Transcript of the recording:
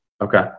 Okay